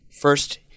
first